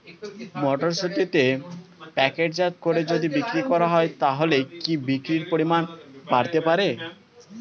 মটরশুটিকে প্যাকেটজাত করে যদি বিক্রি করা হয় তাহলে কি বিক্রি পরিমাণ বাড়তে পারে?